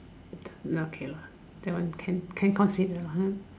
okay lah that one can can consider lah ha